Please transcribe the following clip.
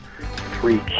three